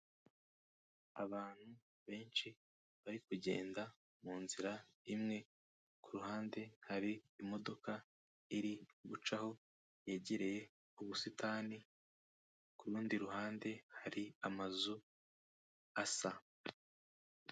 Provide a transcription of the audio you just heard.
Abantu benshi bari kugenda mu nzira imwe, ku ruhande hari imodoka iri gucaho yegereye ubusitani, kurundi ruhande hari amazu asa.